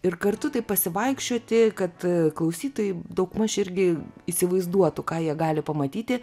ir kartu taip pasivaikščioti kad klausytojai daugmaž irgi įsivaizduotų ką jie gali pamatyti